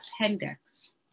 appendix